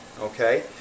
okay